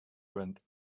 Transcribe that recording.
went